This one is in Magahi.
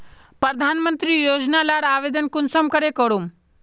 प्रधानमंत्री योजना लार आवेदन कुंसम करे करूम?